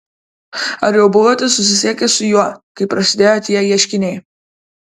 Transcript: ar jau buvote susisiekęs su juo kai prasidėjo tie ieškiniai